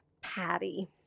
Patty